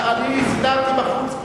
אני סידרתי בחוץ כורסאות,